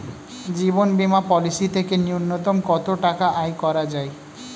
জীবন বীমা পলিসি থেকে ন্যূনতম কত টাকা আয় করা যায়?